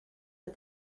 but